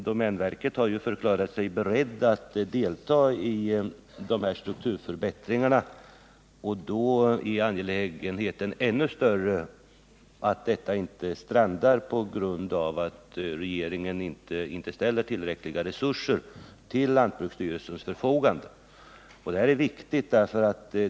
Domänverket har förklarat sig berett att delta i dessa strukturförbättringar, och detta gör det ännu mer angeläget att regeringen ställer tillräckliga resurser till lantbruksstyrelsens förfogande, så att inte hela projektet strandar.